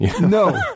No